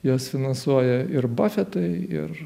juos finansuoja ir bafetai ir